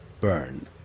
burn